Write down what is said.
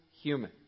human